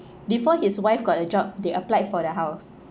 before his wife got a job they applied for their house